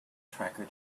tracker